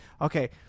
okay –